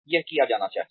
यह किया जाना चाहिए